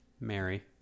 Mary